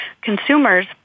consumers